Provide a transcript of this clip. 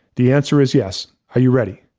the answer is yes. are you ready?